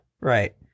Right